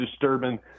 disturbing